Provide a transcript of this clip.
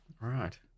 Right